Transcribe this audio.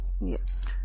Yes